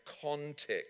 context